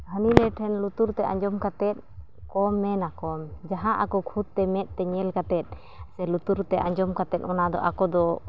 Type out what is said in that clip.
ᱦᱟᱹᱱᱤᱼᱱᱟᱹᱭᱴᱷᱮᱱ ᱞᱩᱛᱩᱨᱛᱮ ᱟᱸᱡᱚᱢ ᱠᱟᱛᱮᱫᱠᱚ ᱢᱮᱱᱟᱠᱚ ᱡᱟᱦᱟᱸ ᱟᱠᱚ ᱠᱷᱩᱫᱛᱮ ᱢᱮᱫᱛᱮ ᱧᱮᱞ ᱠᱟᱛᱮᱫ ᱥᱮ ᱞᱩᱛᱩᱨᱛᱮ ᱟᱸᱡᱚᱢ ᱠᱟᱛᱮᱫ ᱚᱱᱟᱫᱚ ᱟᱠᱚᱫᱚ